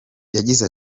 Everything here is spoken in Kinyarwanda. yagize